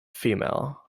female